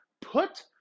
Put